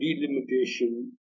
delimitation